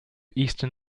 eastern